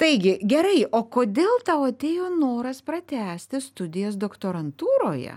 taigi gerai o kodėl tau atėjo noras pratęsti studijas doktorantūroje